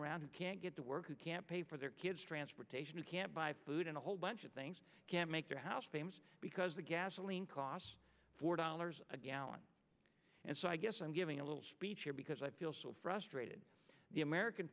around who can't get to work who can't pay for their kids transportation who can't buy food and a whole bunch of things can make their house famous because the gasoline costs four dollars a gallon and so i guess i'm giving a little speech here because i feel so frustrated the american